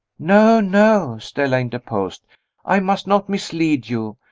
no, no! stella interposed i must not mislead you.